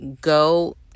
go